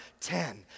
Ten